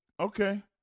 Okay